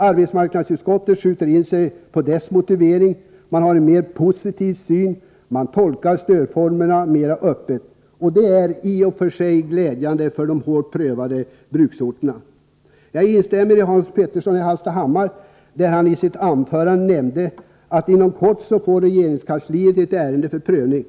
Arbetsmarknadsutskottet skjuter in sig på dessa motiveringar, man har en mera positiv syn och tolkar stödformerna mera öppet. Det är i och för sig glädjande för de hårt prövade bruksorterna. Jag instämmer med Hans Petersson i Hallstahammar, som nämnde att regeringskansliet inom kort får ett ärende till prövning.